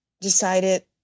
decided